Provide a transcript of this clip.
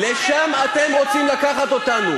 לשם אתם רוצים לקחת אותנו.